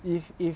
if if